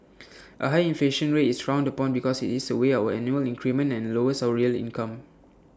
A high inflation rate is frowned upon because IT eats away our annual increment and lowers our real income